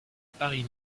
paris